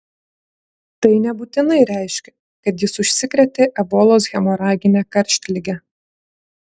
tai nebūtinai reiškia kad jis užsikrėtė ebolos hemoragine karštlige